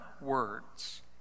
words